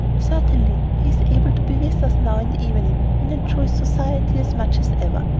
certainly he is able to be with us now in the evening, and enjoys society as much as ever.